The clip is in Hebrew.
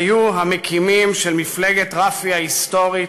היו המקימים של מפלגת רפ"י ההיסטורית.